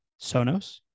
Sonos